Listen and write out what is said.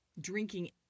Drinking